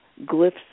glyphs